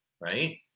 right